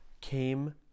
came